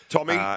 Tommy